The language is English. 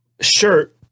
shirt